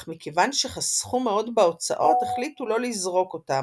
אך מכיוון שחסכו מאוד בהוצאות החליטו לא לזרוק אותם,